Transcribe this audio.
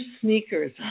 sneakers